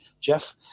Jeff